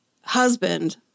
husband